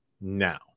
now